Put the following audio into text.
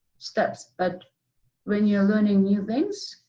steps. but when you're learning new things,